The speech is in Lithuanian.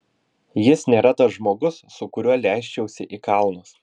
jis nėra tas žmogus su kuriuo leisčiausi į kalnus